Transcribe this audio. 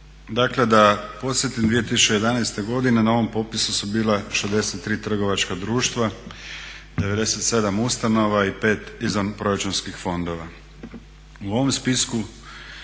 Dakle, da podsjetim 2011. godine na ovom popisu su bila 63 trgovačka društva, 97 ustanova i 5 izvanproračunskih fondova.